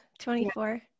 24